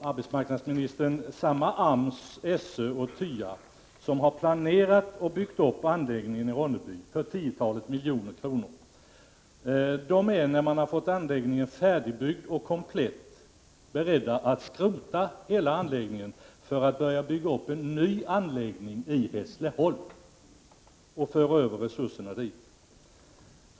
Fru talman! Samma AMS, SÖ och TYA, som planerat och byggt upp anläggningen i Ronneby för tiotalet miljoner kronor är, när anläggningen blivit färdigbyggd och komplett, beredda att skrota den för att börja bygga upp en ny anläggning i Hässleholm och föra över resurserna dit.